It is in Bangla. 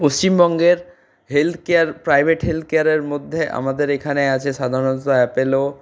পশ্চিমবঙ্গের হেলথ কেয়ার প্রাইভেট হেলথ কেয়ারের মধ্যে আমাদের এখানে আছে সাধারণত অ্যাপোলো